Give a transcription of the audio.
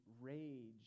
rage